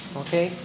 okay